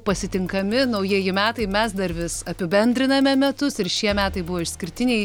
pasitinkami naujieji metai mes dar vis apibendriname metus ir šie metai buvo išskirtiniai